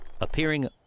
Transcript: appearing